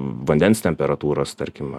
vandens temperatūros tarkim